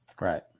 right